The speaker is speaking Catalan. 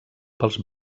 pels